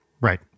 Right